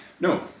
No